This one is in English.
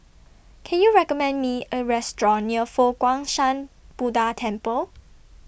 Can YOU recommend Me A Restaurant near Fo Guang Shan Buddha Temple